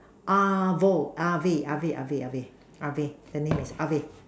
Avo Areve Areve Areve Areve the name is Areve